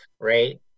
right